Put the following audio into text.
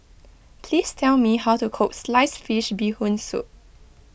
please tell me how to cook Sliced Fish Bee Hoon Soup